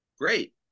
great